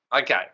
Okay